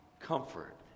comfort